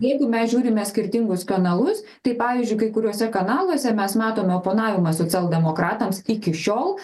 jeigu mes žiūrime skirtingus kanalus tai pavyzdžiui kai kuriuose kanaluose mes matome oponavimą socialdemokratams iki šiol